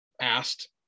asked